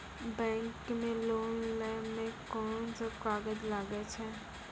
Bank मे loan लै मे कोन सब कागज लागै छै?